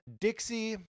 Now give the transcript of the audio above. Dixie